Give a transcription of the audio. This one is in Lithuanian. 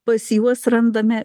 pas juos randame